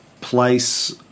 place